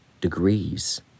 degrees